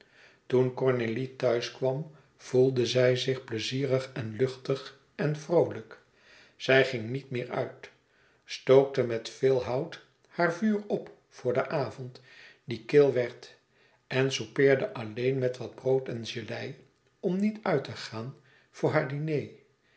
cornélie thuis kwam voelde zij zich pleizierig en luchtig en vroolijk zij ging niet meer uit stookte met veel hout haar vuur op voor den avond die kil werd en soupeerde alleen met wat brood en gelei om niet uit te gaan voor haar diner